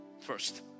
first